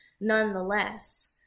nonetheless